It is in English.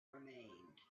remained